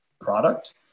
product